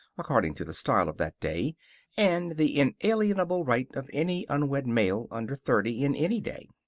according to the style of that day and the inalienable right of any unwed male under thirty, in any day.